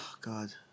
God